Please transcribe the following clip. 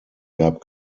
gab